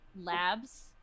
labs